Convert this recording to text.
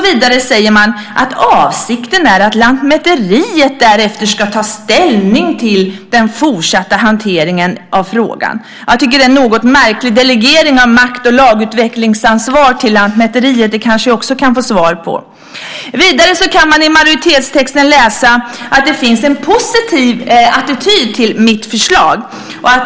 Vidare säger man att "avsikten är att Lantmäteriet därefter ska ta ställning till den fortsatta hanteringen av frågan". Jag tycker att det är en något märklig delegering av makt och lagutvecklingsansvar till Lantmäteriet. Det kanske jag också kan få svar på. Vidare kan man i majoritetstexten läsa att det finns en positiv attityd till mitt förslag.